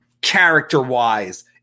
character-wise